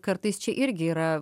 kartais čia irgi yra